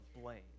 blame